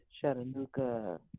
Chattanooga